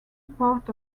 part